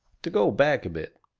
to go back a bit.